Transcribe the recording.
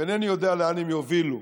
ואינני יודע לאן הן יובילו.